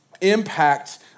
impact